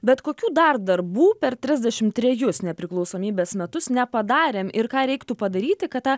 bet kokių dar darbų per trisdešim trejus nepriklausomybės metus nepadarėm ir ką reiktų padaryti kad ta